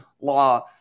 law